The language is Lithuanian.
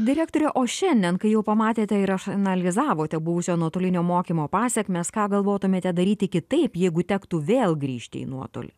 direktore o šiandien kai jau pamatėte ir išanalizavote buvusio nuotolinio mokymo pasekmes ką galvotumėte daryti kitaip jeigu tektų vėl grįžti į nuotolį